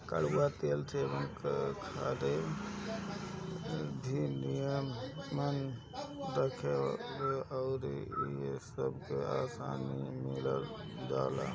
कड़ुआ तेल सेहत खातिर भी निमन रहेला अउरी इ सबसे आसानी में मिल जाला